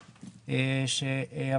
מיידי.